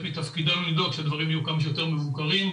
מתפקידנו לבדוק שהדברים יהיו כמה שיותר מבוקרים,